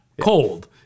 cold